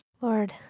Lord